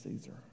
Caesar